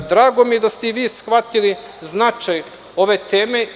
Drago mi je da ste i vi shvatili značaj ove teme.